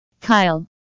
Kyle